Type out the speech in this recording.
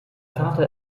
vater